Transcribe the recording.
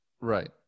right